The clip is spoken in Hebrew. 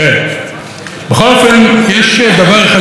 יש דבר אחד שאולי אתם לא יודעים על אורי אבנרי.